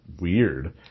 weird